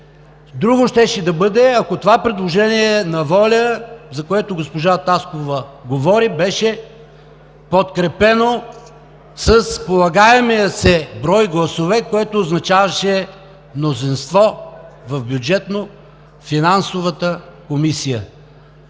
Друго щеше да бъде, ако това предложение на ВОЛЯ, за което госпожа Таскова говори, беше подкрепено с полагаемия се брой гласове, което означаваше мнозинство в Бюджетно-финансовата комисия.